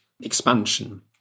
expansion